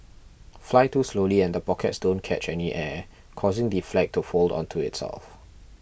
fly too slowly and the pockets don't catch any air causing the flag to fold onto itself